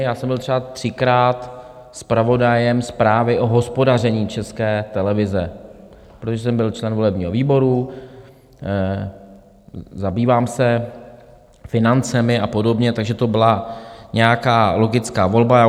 Já jsem byl třeba třikrát zpravodajem zprávy o hospodaření České televize, protože jsem byl člen volebního výboru, zabývám se financemi a podobně, takže to byla nějaká logická volba.